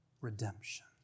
Redemption